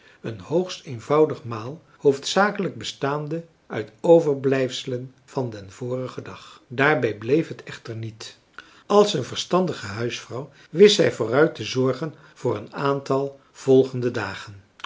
een hoogst eenvoudig maal hoofdzakelijk bestaande uit overblijfselen van den vorigen dag daarbij bleef het echter niet als een verstandige huisvrouw wist zij vooruit te zorgen voor een aantal volgende dagen